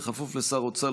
בכפוף לשר האוצר,